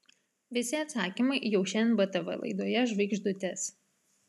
visi atsakymai jau šiandien btv laidoje žvaigždutės